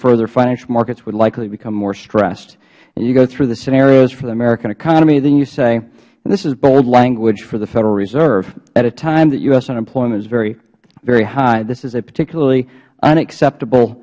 further financial markets would likely become more stressed and you go through the scenarios for the american economy then you sayh and this is bold language for the federal reserveh at a time that u s unemployment is very very high this is a particularly unacceptable